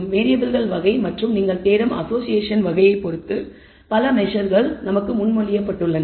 variable வகை மற்றும் நீங்கள் தேடும் அசோஷியேஷன் வகையைப் பொறுத்து பல மெஸர்ஸ் முன்மொழியப்பட்டுள்ளன